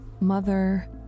mother